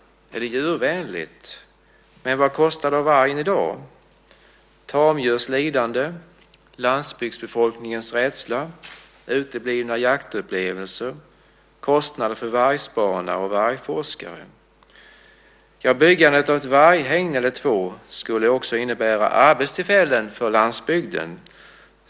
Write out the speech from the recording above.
Är det djurvänligt? Men vad kostar vargen i dag? Jag tänker på tamdjurs lidande, landsbygdsbefolkningens rädsla, uteblivna jaktupplevelser, kostnader för vargspanare och vargforskare. Byggandet av ett varghägn eller två skulle också innebära arbetstillfällen för landsbygden.